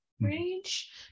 range